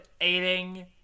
aiding